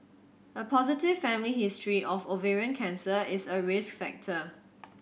a positive family history of ovarian cancer is a risk factor